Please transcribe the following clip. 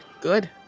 Good